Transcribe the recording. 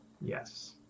Yes